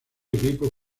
equipo